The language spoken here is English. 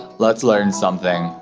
let's learn something.